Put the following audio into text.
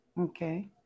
Okay